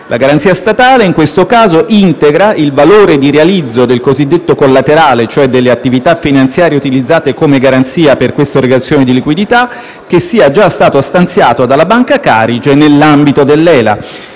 La garanzia statale, in questo caso, integra il valore di realizzo del cosiddetto collaterale (cioè delle attività finanziarie utilizzate come garanzia per questa erogazione di liquidità) che sia già stato stanziato dal Banca Carige nell'ambito dell'ELA.